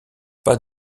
pas